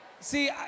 See